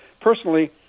Personally